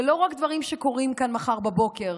ולא רק לגבי דברים שקורים כאן מחר בבוקר